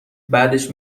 بعدش